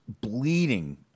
bleeding